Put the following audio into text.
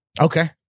Okay